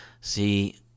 See